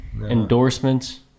Endorsements